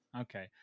Okay